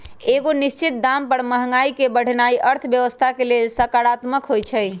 एगो निश्चित दाम पर महंगाई के बढ़ेनाइ अर्थव्यवस्था के लेल सकारात्मक होइ छइ